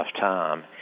time